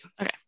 Okay